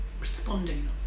responding